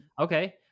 Okay